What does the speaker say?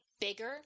bigger